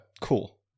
cool